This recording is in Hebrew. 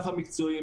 המקצועיים,